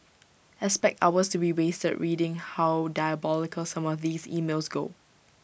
expect hours to be wasted reading how diabolical some of these emails go